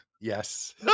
Yes